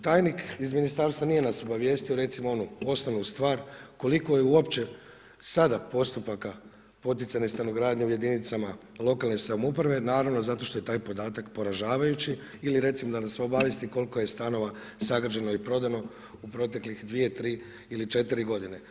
Tajnik iz ministarstva nije nas obavijestio recimo onu osnovnu stvar, koliko je uopće sada postupaka poticajne stanogradnje u jedinicama lokalne samouprave, naravno zato što je taj podatak poražavajući ili recimo da nas obavijesti koliko je stanova sagrađeno i prodano u proteklih dvije, tri ili četiri godine.